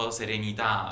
serenità